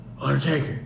Undertaker